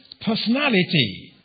personality